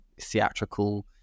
theatrical